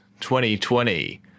2020